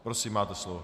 Prosím, máte slovo.